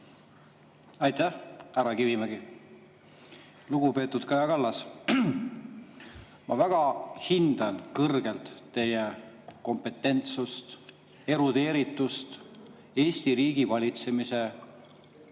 Aitäh, härra Kivimägi! Lugupeetud Kaja Kallas! Ma hindan väga kõrgelt teie kompetentsust, erudeeritust Eesti riigi valitsemise